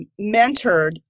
mentored